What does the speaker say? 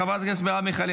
חברת הכנסת מרב מיכאלי,